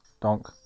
donk